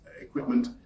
equipment